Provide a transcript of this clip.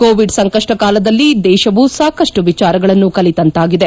Covid ಸಂಕಷ್ಷ ಕಾಲದಲ್ಲಿ ದೇಶವು ಸಾಕಷ್ಟು ವಿಚಾರಗಳನ್ನು ಕಲಿತಂತಾಗಿದೆ